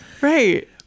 right